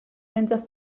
menja